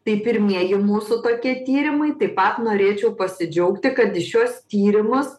tai pirmieji mūsų tokie tyrimai taip pat norėčiau pasidžiaugti kad į šiuos tyrimus